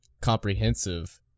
comprehensive